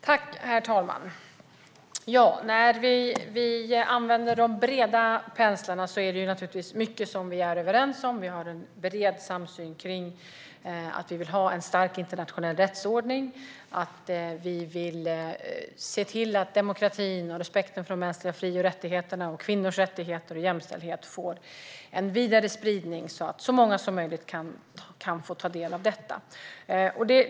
Herr talman! När vi använder de breda penslarna är det naturligtvis mycket som vi är överens om. Vi har en bred samsyn kring att vi vill ha en stark internationell rättsordning och att vi vill se till att demokratin och respekten för de mänskliga fri och rättigheterna, kvinnors rättigheter och jämställdhet får en vidare spridning så att så många som möjligt får ta del av detta.